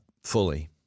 fully